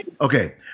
Okay